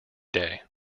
day